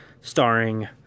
starring